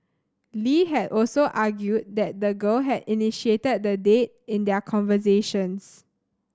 Lee had also argued that the girl had initiated the date in their conversations